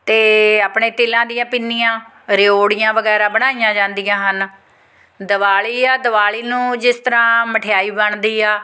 ਅਤੇ ਆਪਣੇ ਤਿਲਾਂ ਦੀਆਂ ਪਿੰਨੀਆਂ ਰਿਓੜੀਆਂ ਵਗੈਰਾ ਬਣਾਈਆਂ ਜਾਂਦੀਆਂ ਹਨ ਦਿਵਾਲੀ ਆ ਦਿਵਾਲੀ ਨੂੰ ਜਿਸ ਤਰ੍ਹਾਂ ਮਠਿਆਈ ਬਣਦੀ ਆ